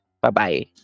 Bye-bye